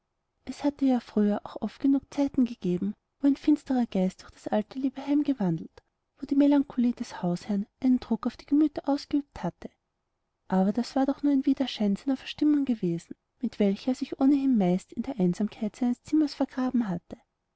es hatte ja früher auch oft genug zeiten gegeben wo ein finsterer geist durch das alte liebe heim gewandelt wo die melancholie des hausherrn einen druck auf die gemüter ausgeübt hatte aber das war doch nur der widerschein seiner verstimmung gewesen mit welcher er sich ohnehin meist in die einsamkeit seines zimmers vergraben hatte